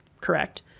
correct